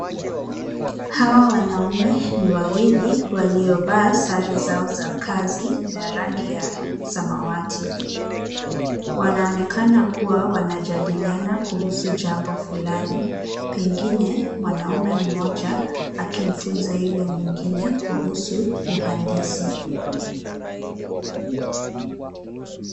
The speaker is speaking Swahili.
Hawa wanaume ni wawili waliovaa sare za zao za kazi za rangi ya samawati. Wanaonekana kuwa wanajadiliana jambo fulani pengine mwanaume mmoja akimfunza yule mwingine kuhusu uhandisi.